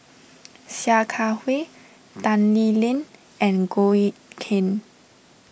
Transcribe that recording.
Sia Kah Hui Tan Lee Leng and Goh Eck Kheng